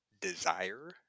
desire